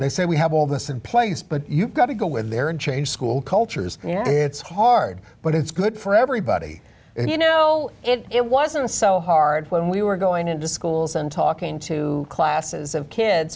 they say we have all this in place but you've got to go in there and change school cultures you know it's hard but it's good for everybody you know it wasn't so hard when we were going to schools and talking to classes of kids